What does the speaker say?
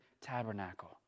tabernacle